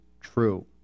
true